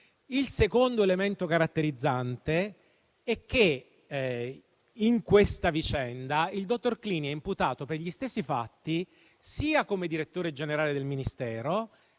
Il secondo elemento caratterizzante è che in questa vicenda il dottor Clini è imputato per gli stessi fatti sia come direttore generale del Ministero,